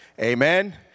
Amen